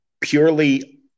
purely